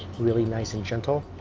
really nice and gentle